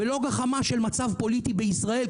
ולא גחמה של מצב פוליטי בישראל,